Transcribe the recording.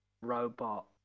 robot